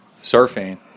surfing